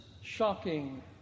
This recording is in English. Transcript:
shocking